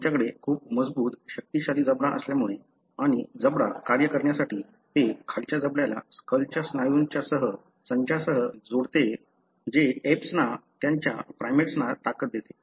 त्यांच्याकडे खूप मजबूत शक्तिशाली जबडा असल्यामुळे आणि जबडा कार्य करण्यासाठी ते खालच्या जबड्याला स्कलच्या स्नायूंच्या संचासह जोडते जे एप्सना त्यांच्या प्राइमेट्सना ताकद देते